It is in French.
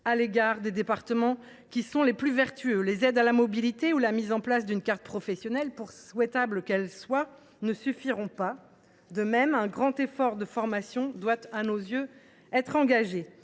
à l’égard des départements les plus vertueux. Les aides à la mobilité ou la mise en place d’une carte professionnelle, pour souhaitables qu’elles soient, ne suffiront pas. De même, un grand effort de formation doit, à nos yeux, être engagé.